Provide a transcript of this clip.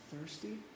thirsty